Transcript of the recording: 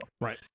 Right